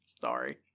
Sorry